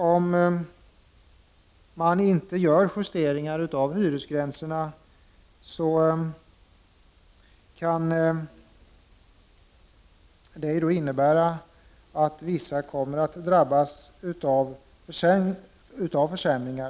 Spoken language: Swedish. Om man inte gör justeringar av bostadskostnadsgränserna innebär detta att vissa kommer att drabbas av försämringar.